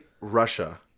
Russia